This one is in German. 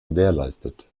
gewährleistet